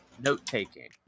note-taking